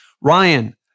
Ryan